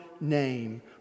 name